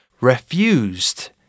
refused